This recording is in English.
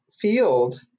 field